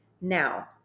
Now